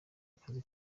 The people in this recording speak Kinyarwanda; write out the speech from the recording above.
akazi